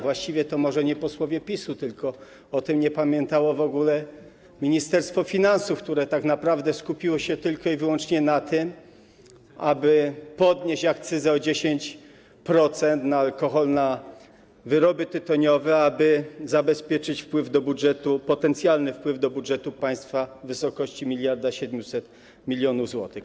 Właściwie może nie posłowie PiS-u, tylko nie pamiętało o tym w ogóle Ministerstwo Finansów, które tak naprawdę skupiło się wyłącznie na tym, aby podnieść akcyzę o 10% na alkohol, na wyroby tytoniowe, aby zabezpieczyć wpływ do budżetu, potencjalny wpływ do budżetu państwa w wysokości 1700 mln zł.